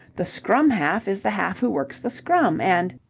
the scrum-half is the half who works the scrum and.